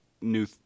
new